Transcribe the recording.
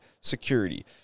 security